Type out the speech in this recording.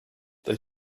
they